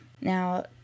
now